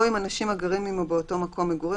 "או עם אנשים הגרים עמו באותו מקום מגורים,